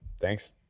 thanks